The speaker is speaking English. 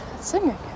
singing